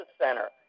Center